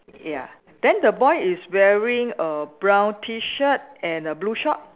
ya then the boy is wearing a brown T shirt and a blue short